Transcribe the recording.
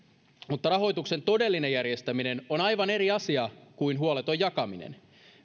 mutta rahoituksen todellinen järjestäminen on aivan eri asia kuin huoleton jakaminen